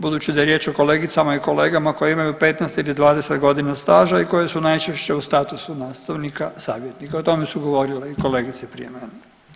Budući da je riječ o kolegicama i kolegama koji imaju 15 ili 20 godina staža i koji su najčešće u statusu nastavnika-savjetnika o tome su govorile i kolegice prije mene.